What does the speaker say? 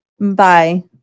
Bye